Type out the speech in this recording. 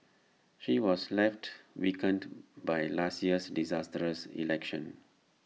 she was left weakened by last year's disastrous election